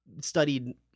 studied